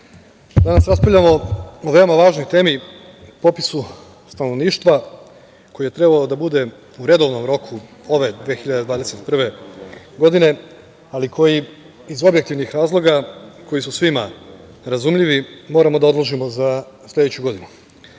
danas raspravljamo o veoma važnoj temi, popisu stanovništva koji je trebao da bude u redovnom roku ove 2021. godine, ali koji iz objektivnih razloga koji su svima razumljivi moramo da odložimo za sledeću godinu. To